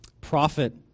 profit